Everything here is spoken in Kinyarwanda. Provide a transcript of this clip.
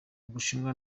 ubushinwa